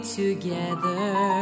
together